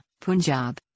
Punjab